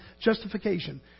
justification